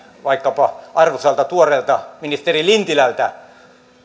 vaikkapa arvoisalta tuoreelta ministeri lintilältä